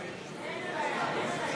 44 בעד, 62 נגד.